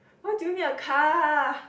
why do you need a car